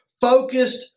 focused